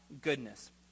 goodness